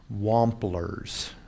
Wamplers